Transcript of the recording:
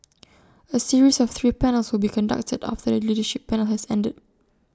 A series of three panels will be conducted after the leadership panel has ended